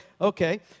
okay